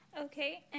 Okay